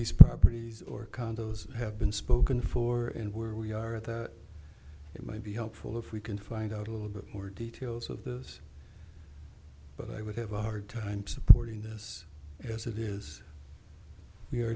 these properties or condos have been spoken for and where we are at that it might be helpful if we can find out a little bit more details of this but i would have a hard time supporting this as it is we are